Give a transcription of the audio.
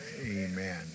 Amen